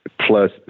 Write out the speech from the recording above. plus